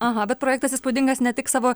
aha bet projektas įspūdingas ne tik savo